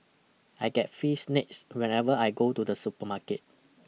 I get free snacks whenever I go to the supermarket